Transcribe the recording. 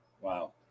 wow